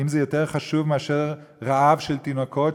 האם זה יותר חשוב מרעב של תינוקות,